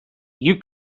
you